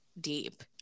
deep